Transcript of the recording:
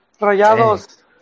Rayados